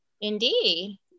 Indeed